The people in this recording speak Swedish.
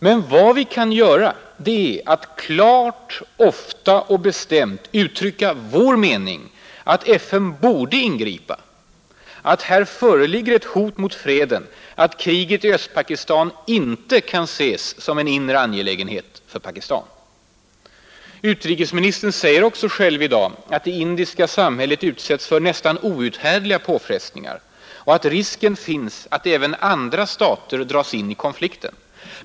Men vad vi kan göra är att klart, ofta och bestämt uttrycka vår mening att FN borde ingripa, att här föreligger ett hot mot freden, att kriget i Östpakistan inte kan ses som en inre angelägenhet för Pakistan. Utrikesministern säger också själv i dag att det indiska samhället utsätts för ”nästan outhärdliga påfrestningar” och att risken finns att ”även andra stater dras in i konflikten”.